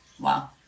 Wow